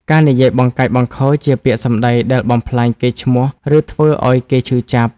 ការនិយាយបង្កាច់បង្ខូចជា ពាក្យសម្ដីដែលបំផ្លាញកេរ្តិ៍ឈ្មោះ ឬធ្វើឲ្យគេឈឺចាប់។